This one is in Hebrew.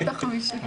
החמישי".